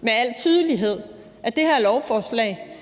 med al tydelighed viser, at det her lovforslag